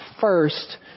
first